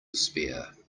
despair